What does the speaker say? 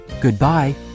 Goodbye